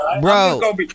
Bro